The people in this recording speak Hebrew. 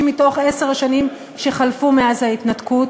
מתוך עשר השנים שחלפו מאז ההתנתקות,